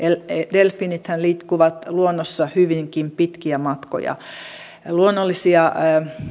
delfiinithän liikkuvat luonnossa hyvinkin pitkiä matkoja luonnollisia